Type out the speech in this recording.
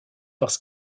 parce